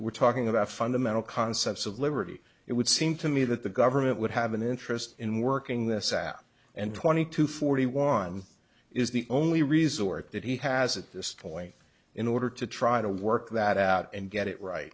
we're talking about fundamental concepts of liberty it would seem to me that the government would have an interest in working this out and twenty two forty one is the only resort that he has at this point in order to try to work that out and get it right